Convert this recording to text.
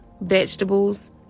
vegetables